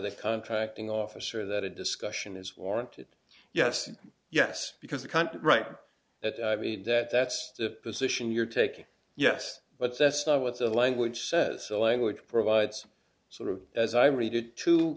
the contracting officer that a discussion is warranted yes yes because the country right at i mean that that's the position you're taking yes but that's not what the language says the language provides sort of as i read it t